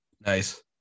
Nice